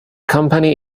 company